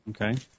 Okay